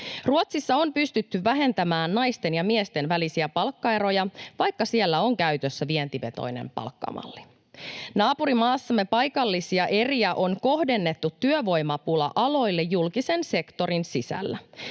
Ruotsissa on pystytty vähentämään naisten ja miesten välisiä palkkaeroja, vaikka siellä on käytössä vientivetoinen palkkamalli. Naapurimaassamme paikallisia eriä on kohdennettu työvoimapula-aloille julkisen sektorin sisällä.